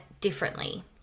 differently